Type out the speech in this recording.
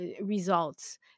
results